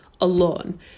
alone